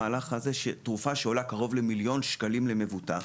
תרופה שעולה קרוב למיליון שקלים למבוטח.